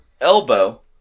elbow